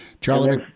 Charlie